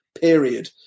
period